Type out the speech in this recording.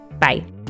Bye